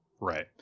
Right